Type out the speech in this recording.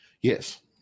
yes